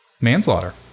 manslaughter